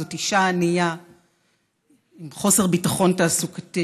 זאת אישה ענייה עם חוסר ביטחון תעסוקתי